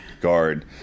Guard